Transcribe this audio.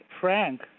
Frank